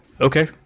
okay